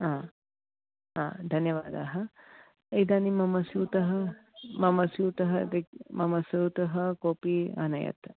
धन्यवादः इदानीं मम स्यूतः मम स्यूतः मम स्यूतः कोपिः अनयत्